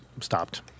stopped